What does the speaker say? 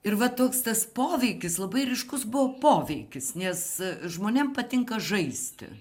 ir va toks tas poveikis labai ryškus buvo poveikis nes žmonėm patinka žaisti